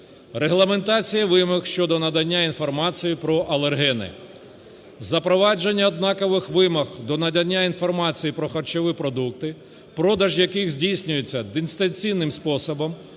регламентація вимог щодо надання інформації про алергени, запровадження однакових вимог до надання інформації про харчові продукти, продаж яких здійснюється дистанційним способом,